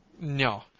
No